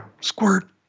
squirt